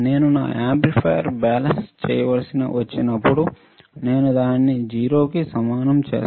నేను నా amplifier balance చేయవలసి వచ్చినప్పుడు నేను దానిని 0 కి సమానం చేయాలి